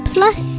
Plus